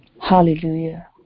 hallelujah